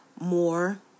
more